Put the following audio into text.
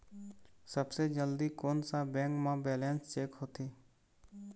सबसे जल्दी कोन सा बैंक म बैलेंस चेक होथे?